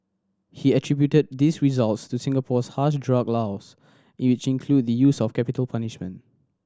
he attributed these results to Singapore's harsh drug laws in which include the use of capital punishment